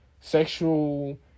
sexual